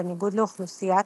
בניגוד לאוכלוסיית